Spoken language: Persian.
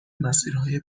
مسیرهای